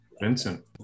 Vincent